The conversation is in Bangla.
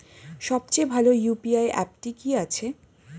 সবচেয়ে ভালো ইউ.পি.আই অ্যাপটি কি আছে?